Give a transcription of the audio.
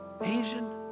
Asian